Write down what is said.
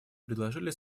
предложили